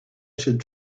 should